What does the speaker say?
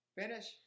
finish